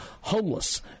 homeless